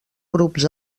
grups